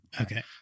Okay